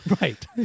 Right